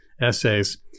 essays